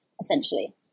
essentially